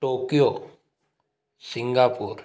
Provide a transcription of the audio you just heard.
Tokyo Singapore